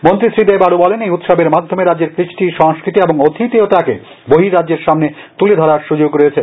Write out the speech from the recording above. মন্ত্রী শ্রী দেব আরো বলেন এই উৎসবের মাধ্যমে রাজ্যের কৃষ্টি সংস্কৃতি এবং আতিখ্য়তাকে বহির্রাজ্যের সামনে তুলে ধরার সুযোগ রয়েছে